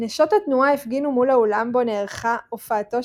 נשות התנועה הפגינו מול האולם בו נערכה הופעתו